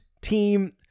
team